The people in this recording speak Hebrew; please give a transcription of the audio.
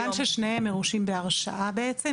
מכיוון ששניהם מורשים בהרשאה בעצם,